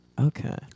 okay